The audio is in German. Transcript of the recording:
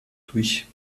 durch